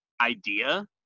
idea